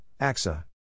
AXA